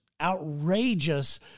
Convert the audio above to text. outrageous